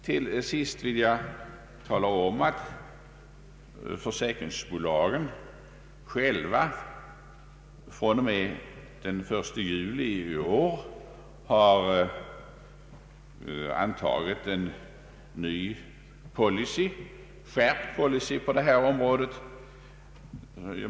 Till sist vill jag erinra om att försäkringsbolagen själva från och med den 1 juli i år har antagit en ny skärpt policy på detta område.